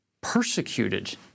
persecuted